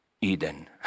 Eden